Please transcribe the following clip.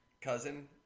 cousin